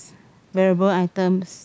wearable items